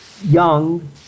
young